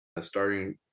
starting